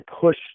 push